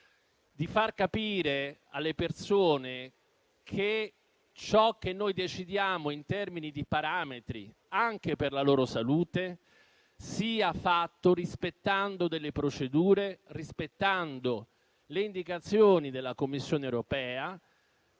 di far capire alle persone che ciò che noi decidiamo in termini di parametri, anche per la loro salute, viene fatto rispettando delle procedure e le indicazioni della Commissione europea.